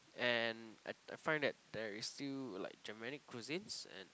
and I I find that there is still like Germanic cuisines and